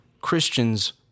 Christians